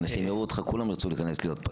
אנשים יראו אותך, כולם ירצו להיות פגים.